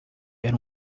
era